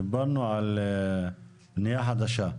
דיברנו על בנייה חדשה.